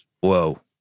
whoa